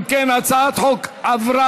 אם כן, הצעת החוק עברה.